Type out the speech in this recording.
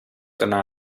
daarna